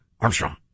Armstrong